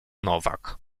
nowak